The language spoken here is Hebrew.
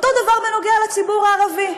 אותו דבר בנוגע לציבור הערבי.